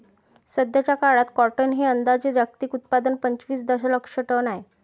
सध्याचा काळात कॉटन हे अंदाजे जागतिक उत्पादन पंचवीस दशलक्ष टन आहे